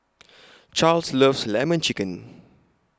Charls loves Lemon Chicken